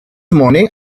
morning